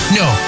no